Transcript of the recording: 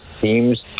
seems